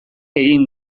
egin